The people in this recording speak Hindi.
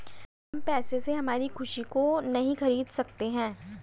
हम पैसे से हमारी खुशी को नहीं खरीदा सकते है